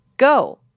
go